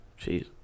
Jeez